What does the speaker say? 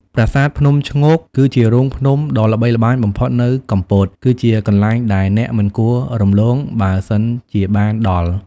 ប្រាសាទភ្នំឈ្ងោក គឺជារូងភ្នំដ៏ល្បីល្បាញបំផុតនៅកំពត និងជាកន្លែងដែលអ្នកមិនគួររំលង បើសិនជាបានដល់។